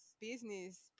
business